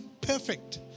perfect